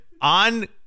on